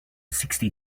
sixty